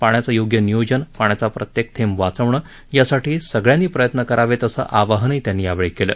पाण्याचं योग्य नियोजन पाण्याचा प्रत्येक थेंब वाचवणं यासाठी सगळ्यांनी प्रयत्न करावेत असं आवाहनही त्यांनी यावेळी केलं